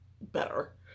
better